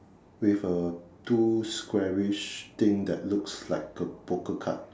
with uh two squarish things that looks like a poker card